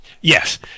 Yes